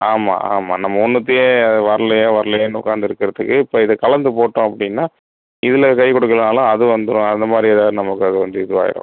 ஆமாம் ஆமாம் நம்ம ஒன்றுத்தியே வரலையே வரலையேனு உக்காந்து இருக்கறதுக்கு இப்போ இதை கலந்து போட்டோம் அப்படினா இதில் கை கொடுக்கலனாலும் அது வந்துரும் அந்த மாதிரி எதா நமக்கு அது வந்து இதுவாயிடும்